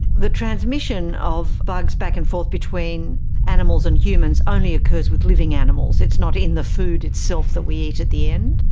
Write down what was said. the transmission of bugs back and forth between animals and humans only occurs with living animals, it's not in the food itself that we eat at the end?